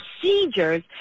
procedures